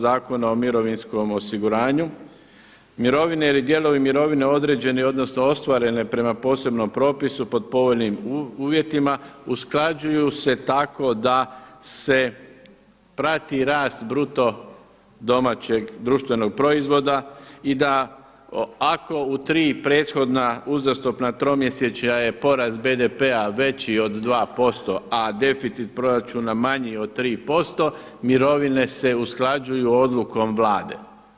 Zakona o mirovinskom osiguranju mirovine ili dijelovi mirovine određeni odnosno ostvarene prema posebnom propisu pod povoljnim uvjetima usklađuju se tako da se prati rast bruto domaćeg društvenog proizvoda i da ako u tri prethodna uzastopna tromjesečja je porast BDP-a veći od 2% a deficit proračuna manji od 3% mirovine se usklađuju odlukom Vlade.